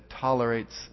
tolerates